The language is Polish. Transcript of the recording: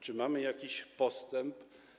Czy mamy jakiś postęp?